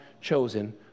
chosen